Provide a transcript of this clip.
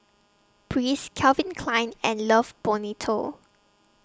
Breeze Calvin Klein and Love Bonito